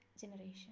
generation